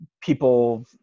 people